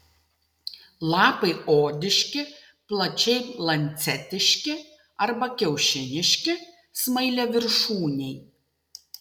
lapai odiški plačiai lancetiški arba kiaušiniški smailiaviršūniai